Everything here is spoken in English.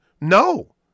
No